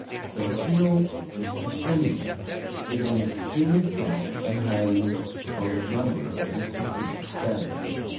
stracchino crescenza is an extremely soft and highly colored member of this distinguished family.